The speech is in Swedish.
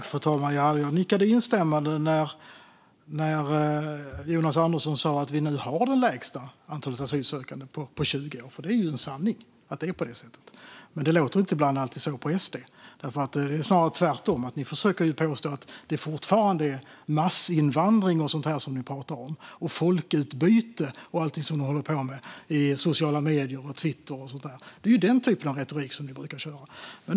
Fru talman! Jag nickade instämmande när Jonas Andersson sa att vi nu har det lägsta antalet asylsökande på 20 år, för det är ju en sanning. Men det låter inte alltid så på SD, utan ni försöker snarare påstå att det fortfarande råder massinvandring, folkutbyte och allt vad det är ni håller på med i sociala medier, på Twitter och så vidare. Det är den typen av retorik ni brukar köra med.